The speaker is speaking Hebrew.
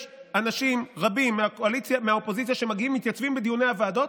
יש אנשים רבים מהאופוזיציה שמתייצבים בדיוני הוועדות,